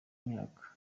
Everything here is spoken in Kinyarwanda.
imyaka